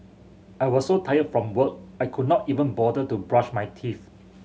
I was so tired from work I could not even bother to brush my teeth